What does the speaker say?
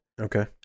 Okay